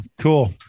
cool